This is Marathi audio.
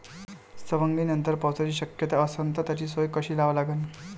सवंगनीनंतर पावसाची शक्यता असन त त्याची सोय कशी लावा लागन?